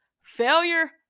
Failure